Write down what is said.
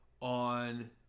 on